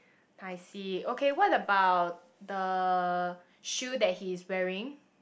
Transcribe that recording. I see okay what about the shoe that he is wearing